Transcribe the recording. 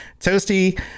Toasty